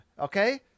okay